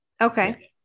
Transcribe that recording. Okay